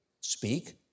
speak